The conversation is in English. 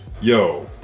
Yo